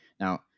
now